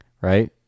right